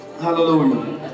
Hallelujah